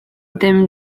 ddim